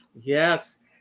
yes